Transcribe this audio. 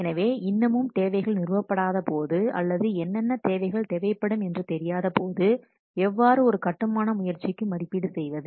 எனவே இன்னமும் தேவைகள் நிறுவப்படாத போது அல்லது என்னென்ன தேவைகள் தேவைப்படும் என்று தெரியாத போது எவ்வாறு ஒரு கட்டுமான முயற்சிக்கு மதிப்பீடு செய்வது